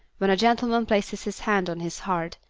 when a gentleman places his hand on his heart,